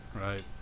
Right